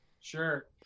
sure